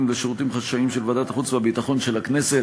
ולשירותים חשאיים של ועדת החוץ והביטחון של הכנסת